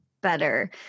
better